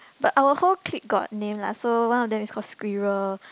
but our whole clique got name lah so one of them is call squirrel